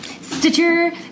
Stitcher